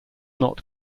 not